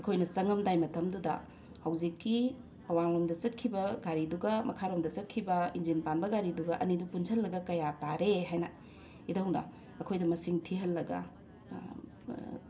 ꯑꯩꯈꯣꯏꯅ ꯆꯪꯉꯝꯗꯥꯏ ꯃꯇꯝꯗꯨꯗ ꯍꯧꯖꯤꯛꯀꯤ ꯑꯋꯥꯡꯂꯣꯝꯗ ꯆꯠꯈꯤꯕ ꯒꯥꯔꯤꯗꯨꯒ ꯃꯈꯥꯔꯣꯝꯗ ꯆꯠꯈꯤꯕ ꯏꯟꯖꯤꯟ ꯄꯥꯟꯕ ꯒꯥꯔꯤꯗꯨꯒ ꯑꯅꯤꯗꯨ ꯄꯨꯟꯁꯤꯜꯂꯒ ꯀꯌꯥ ꯇꯥꯔꯦ ꯍꯥꯏꯅ ꯏꯙꯧꯅ ꯑꯩꯈꯣꯏꯗ ꯃꯁꯤꯡ ꯊꯤꯍꯜꯂꯒ